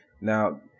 Now